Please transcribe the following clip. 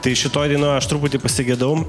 tai šitoj dainoj aš truputį pasigedau